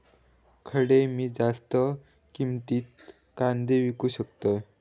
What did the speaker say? खडे मी जास्त किमतीत कांदे विकू शकतय?